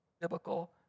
biblical